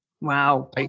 Wow